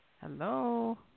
Hello